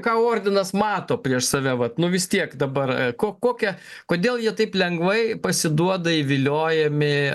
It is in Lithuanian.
ką ordinas mato prieš save vat nu vis tiek dabar ko kokia kodėl jie taip lengvai pasiduoda įviliojami